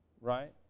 right